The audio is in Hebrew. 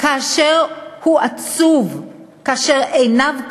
כאשר הוא עצוב, כאשר עיניו כבויות,